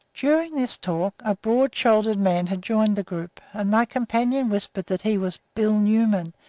during this talk a broad-shouldered man had joined the group, and my companion whispered that he was bill newman,